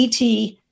ET